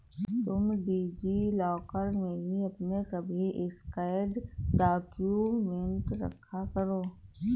तुम DigiLocker में ही अपने सभी स्कैंड डाक्यूमेंट रखा करो